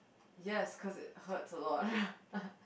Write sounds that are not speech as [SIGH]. yes cause it hurts a lot [LAUGHS]